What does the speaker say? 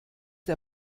der